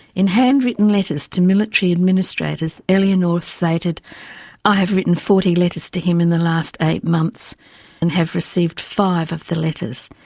in hand-written letters to military administrators eleanor stated i have written forty letters to him in the last eight months and have received five of the letters.